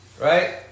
right